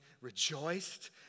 rejoiced